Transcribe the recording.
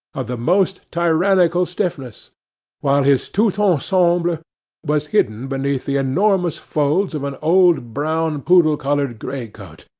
of the most tyrannical stiffness while his tout ensemble was hidden beneath the enormous folds of an old brown poodle-collared great-coat,